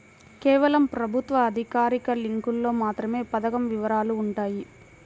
కేవలం ప్రభుత్వ అధికారిక లింకులో మాత్రమే పథకం వివరాలు వుంటయ్యి